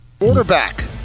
Quarterback